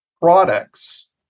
products